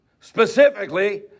Specifically